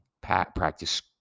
practice